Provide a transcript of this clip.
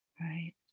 Right